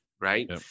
right